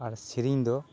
ᱟᱨ ᱥᱮᱨᱮᱧ ᱫᱚ